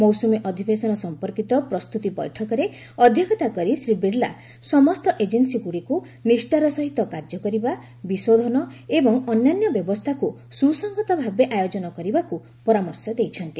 ମୌସୁମୀ ଅଧିବେଶନ ସଂପର୍କିତ ପ୍ରସ୍ତୁତି ବୈଠକରେ ଅଧ୍ୟକ୍ଷତା କରି ଶ୍ରୀ ବିର୍ଲା ସମସ୍ତ ଏଜେନ୍ନୀଗୁଡ଼ିକୁ ନିଷ୍ଠାର ସହିତ କାର୍ଯ୍ୟ କରିବା ବିଶୋଧନ ଏବଂ ଅନ୍ୟାନ୍ୟ ବ୍ୟବସ୍ଥାକୁ ସୁସଂହତ ଭାବେ ଆୟୋଜନ କରିବାକୁ ପରାମର୍ଶ ଦେଇଛନ୍ତି